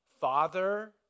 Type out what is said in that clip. Father